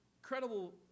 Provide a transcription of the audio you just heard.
incredible